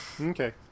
Okay